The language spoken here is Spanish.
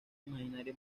imaginario